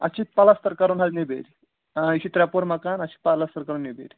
اَتھ چھِ پَلستَر کَرُن حظ نٮ۪بٕرۍ اۭں یہِ چھِ ترٛےٚ پور مکان اَسہِ چھِ پَلَستَر کَرُن نٮ۪بٕرۍ